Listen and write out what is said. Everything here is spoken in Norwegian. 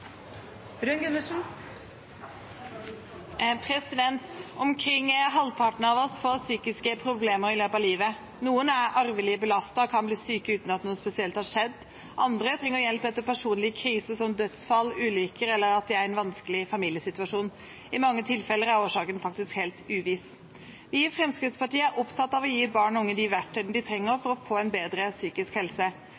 komitébehandling vedtatt. Omkring halvparten av oss får psykiske problemer i løpet av livet. Noen er arvelig belastet og kan bli syke uten at noe spesielt har skjedd, andre trenger hjelp etter personlige kriser som dødsfall og ulykker eller når de er i en vanskelig familiesituasjon. I mange tilfeller er årsaken faktisk helt uviss. Vi i Fremskrittspartiet er opptatt av å gi barn og unge de verktøyene de trenger